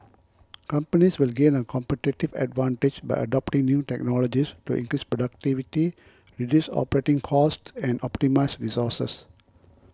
companies will gain a competitive advantage by adopting new technologies to increase productivity reduce operating costs and optimise resources